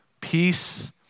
peace